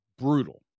brutal